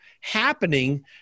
happening